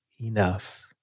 enough